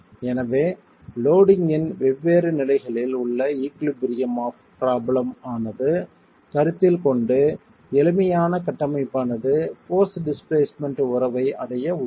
எனவே லோடிங் இன் வெவ்வேறு நிலைகளில் உள்ள ஈகுலிபிரியம் ஆப் ப்ரோப்லம் ஆனது கருத்தில் கொண்டு எளிமையான கட்டமைப்பானது போர்ஸ்ட் டிஸ்பிளேஸ்மென்ட் உறவை அடைய உதவும்